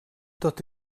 tot